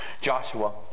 Joshua